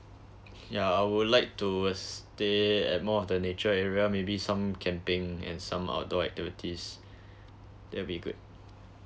ya I would like to stay at more of a nature area maybe some camping and some outdoor activities that'll be good